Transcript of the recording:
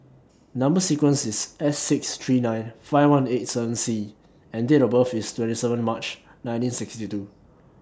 Number sequence IS S six three nine five one eight seven C and Date of birth IS twenty seven March nineteen sixty two